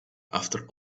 after